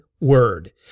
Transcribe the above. word